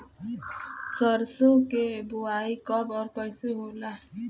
सरसो के बोआई कब और कैसे होला?